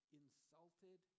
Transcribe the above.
insulted